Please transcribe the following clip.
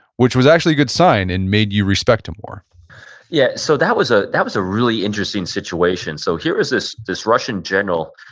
which was actually a good sign and made you respect him more yeah. so, that was ah that was a really interesting situation. so, here is this this russian general,